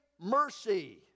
mercy